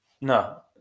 No